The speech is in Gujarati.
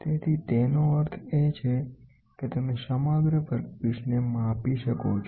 તેથી તેનો અર્થ એ છે કે તમે સમગ્ર વર્કપીસને માપી શકો છો